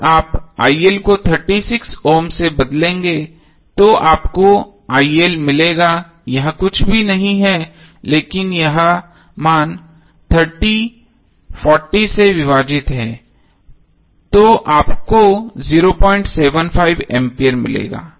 जब आप को 36 ओम से बदलेंगे तो आपको मिलेगा यह कुछ भी नहीं है लेकिन यह मान 30 40 से विभाजित है तो आपको 075 एम्पीयर मिलेगा